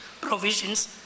provisions